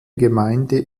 gemeinde